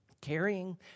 carrying